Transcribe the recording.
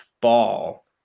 ball